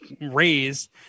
raised